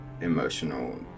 emotional